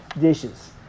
dishes